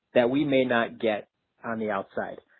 that we may not get on the outside?